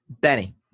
Benny